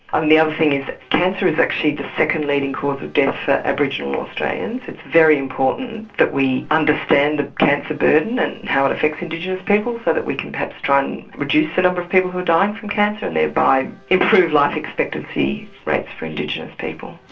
um the other thing is cancer is actually the second leading cause of death for aboriginal australians, it's very important that we understand the cancer burden and how it affects indigenous people so that we can perhaps try and reduce the number of people who are dying from cancer and thereby improve life expectancy rates for indigenous people.